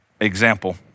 Example